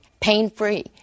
pain-free